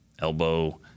elbow